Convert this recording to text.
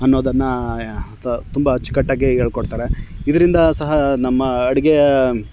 ಅನ್ನೋದನ್ನು ತುಂಬ ಅಚ್ಚುಕಟ್ಟಾಗೇ ಹೇಳ್ಕೊಡ್ತಾರೆ ಇದರಿಂದ ಸಹ ನಮ್ಮ ಅಡುಗೆಯ